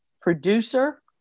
producer